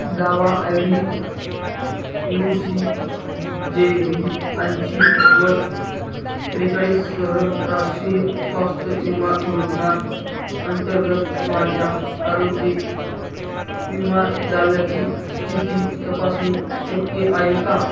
दावा I D U C J V ऐंशी नव्वद त्रेचाळीससह राष्ट्रीय स्वास्थ्य विमा योजना अंतर्गत माझ्या आरोग्य विमा दाव्याची स्थिती तपासणे शक्य आहे का